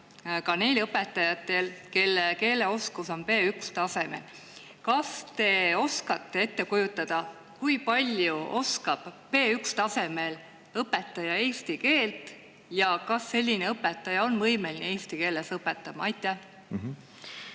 ka neil õpetajatel, kelle keeleoskus on B1-tasemel. Kas te oskate ette kujutada, kui palju oskab B1-tasemel õpetaja eesti keelt, ja kas selline õpetaja on võimeline eesti keeles õpetama? Aitäh,